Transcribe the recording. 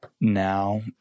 now